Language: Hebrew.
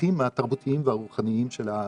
הצרכים התרבותיים והרוחניים של הזקן.